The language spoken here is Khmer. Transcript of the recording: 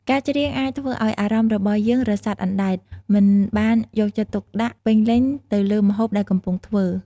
ការច្រៀងអាចធ្វើឱ្យអារម្មណ៍របស់យើងរសាត់អណ្ដែត មិនបានយកចិត្តទុកដាក់ពេញលេញទៅលើម្ហូបដែលកំពុងធ្វើ។